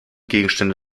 gegenstände